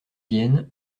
vienne